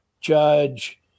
Judge